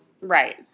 Right